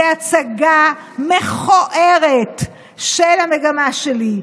זה הצגה מכוערת של המגמה שלי.